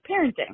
parenting